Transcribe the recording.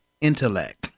intellect